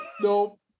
Nope